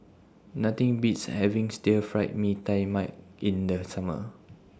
Nothing Beats having Stir Fried Mee Tai Mak in The Summer